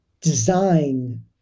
design